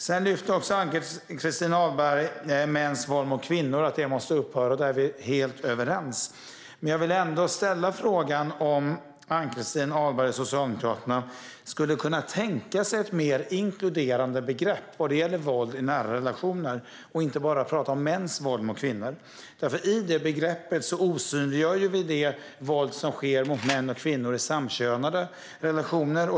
Ann-Christin Ahlberg lyfte också att mäns våld mot kvinnor måste upphöra, och där är vi helt överens. Jag vill ändå ställa frågan om Ann-Christin Ahlberg och Socialdemokraterna skulle kunna tänka sig ett mer inkluderande begrepp för våld i nära relationer och inte bara prata om mäns våld mot kvinnor? I det begreppet osynliggör man det våld som sker mot män och kvinnor i samkönade relationer.